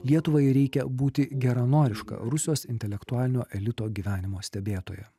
lietuvai reikia būti geranoriška rusijos intelektualinio elito gyvenimo stebėtoja